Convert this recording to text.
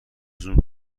زوم